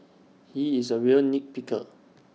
he is A real nit picker